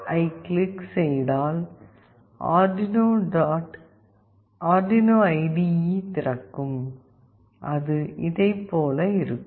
exe ஐக் click செய்தால் Arduino IDE திறக்கும் அது இதைப்போல இருக்கும்